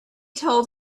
told